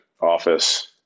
office